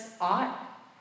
ought